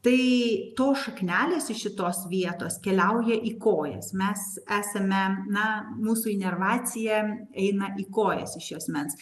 tai tos šaknelės iš šitos vietos keliauja į kojas mes esame na mūsų inervacija eina į kojas iš esmės